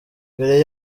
mbere